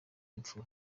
imfura